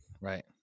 Right